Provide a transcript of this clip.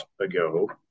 ago